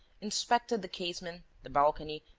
inspected the casement, the balcony,